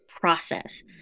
process